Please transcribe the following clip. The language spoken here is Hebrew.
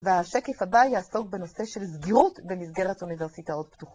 והשקף הבא יעסוק בנושא של סגירות במסגרת אוניברסיטאות פתוחות.